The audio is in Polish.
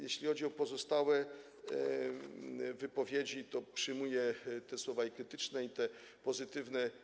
Jeśli chodzi o pozostałe wypowiedzi, to przyjmuję słowa i te krytyczne, i te pozytywne.